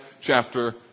chapter